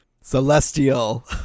Celestial